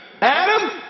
Adam